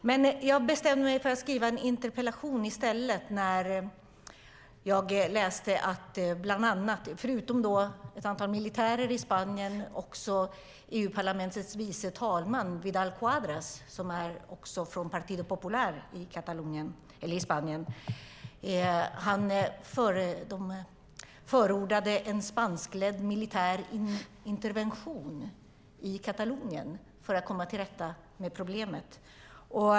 Men jag bestämde mig för att skriva en interpellation i stället när jag läste att, förutom ett antal militärer i Spanien, bland annat Europaparlamentets vice talman Vidal-Quadras, som är från Partido Popular i Spanien, förordade en spanskledd militär intervention i Katalonien för att komma till rätta med problemet.